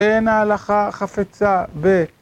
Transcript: אין ההלכה חפצה ב...